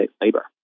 labor